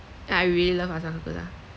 I really love example lah